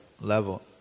level